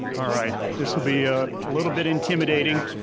alright this will be a little bit intimidating.